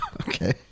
Okay